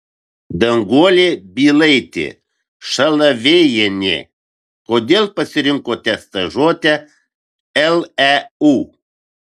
danguolė bylaitė šalavėjienė kodėl pasirinkote stažuotę leu